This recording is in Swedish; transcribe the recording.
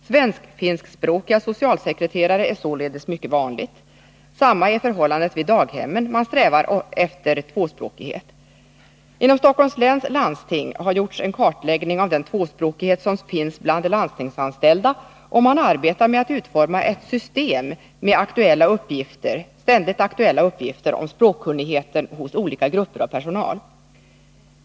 Svensk-finsk-språkiga socialsekreterare är således mycket vanligt. Detsamma är förhållandet vid daghemmen: Man strävar efter tvåspråkighet. Inom Stockholms läns landsting har gjorts en kartläggning av den tvåspråkighet som finns bland de landstingsanställda, och man arbetar med att utforma ett system med ständigt aktuella uppgifter om språkkunnigheten hos olika grupper av personal.